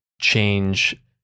change